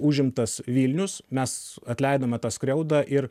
užimtas vilnius mes atleidome tą skriaudą ir